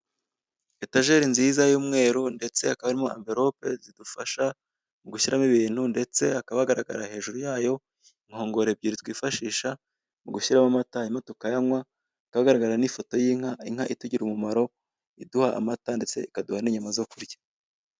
Etajeri nziza y'umweru ndetse hakaba harimo amverope zidufasha gushyiramo ibintu ndetse hakaba hagaragara hejuru yayo inkongoro ebyiri twifashisha gushyiramo amata hanyuma tukayanywa, ifoto y'inka. Inka itugirira umumaro, iduha amata ndetse n'inyama zo kurya.